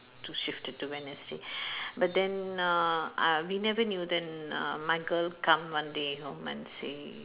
to shift it to wednesday but then uh uh we never knew then uh my girl come one day home and say